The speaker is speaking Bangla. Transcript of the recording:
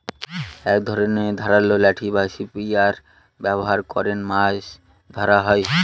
এক ধরনের ধারালো লাঠি বা স্পিয়ার ব্যবহার করে মাছ ধরা হয়